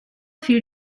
fiel